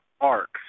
arcs